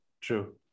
True